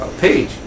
page